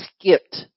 skipped